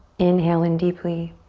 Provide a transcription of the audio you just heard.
inhale in deeply.